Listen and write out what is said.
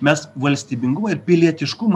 mes valstybingumą ir pilietiškumą